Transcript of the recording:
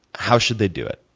how should they do it?